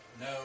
No